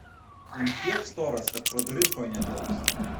ant tiek storas kad pro duris tuoj netilps